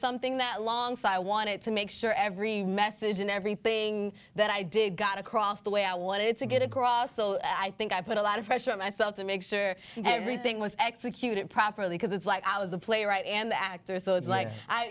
something that long so i wanted to make sure every message and everything that i did got across the way i wanted to get across so i think i put a lot of pressure and i felt to make sure everything was executed properly because it's like i was the playwright and actor is the it's like